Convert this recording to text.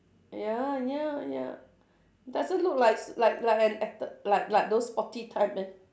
ya ya ya doesn't look like s~ like like an acte~ like like those sporty type meh